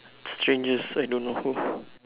strangers I don't know who